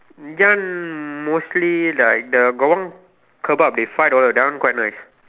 ya mostly like the got one kebab dey five dollar that one quite nice